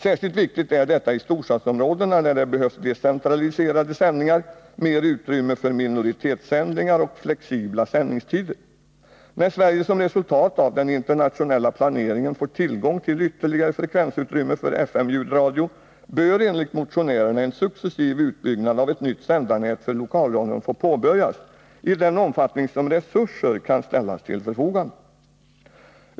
Särskilt viktigt är detta i storstadsområdena, där det behövs Onsdagen den decentraliserade sändningar, mer utrymme för minoritetssändningar och 11 mars 1981 flexibla sändningstider. När Sverige som resultat av den internationella planeringen får tillgång till ytterligare frekvensutrymme för FM-ljudradio bör enligt motionärerna en successiv utbyggnad av ett nytt sändarnät för lokalradion få påbörjas i den omfattning som resurser kan ställas till förfogande.